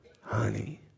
Honey